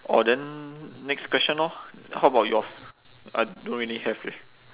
orh then next question orh how about yours I don't really have leh